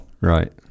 Right